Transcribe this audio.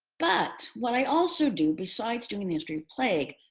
but what i also do, besides doing the history of plague,